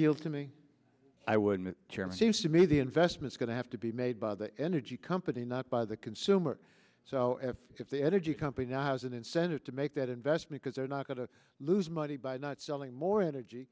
yield to me i wouldn't chairman seems to me the investments going to have to be made by the energy company not by the consumer so if the energy company now has an incentive to make that investment that they're not going to lose money by not selling more energy